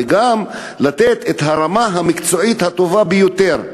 ונתנה את הרמה המקצועית הטובה ביותר.